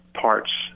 parts